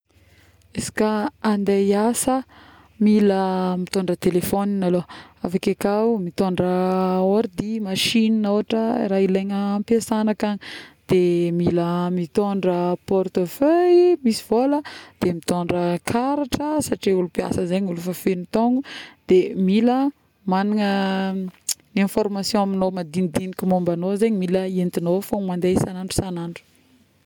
izy ka andeha hiasa mila mitôndra telephone malôha, aveke kao mitôndra ordi, machine ôhatra raha ilagna ampiasagna akagny, de mila mitôndra porte-feuille misy vôla, de mitôndra karatra satria olo mpiasa zegny fa fegno taogno, de mila magnana information aminano madignidigniky mombagnao zegny mila entignao fô mandeha isan'andro isan'andro